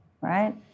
right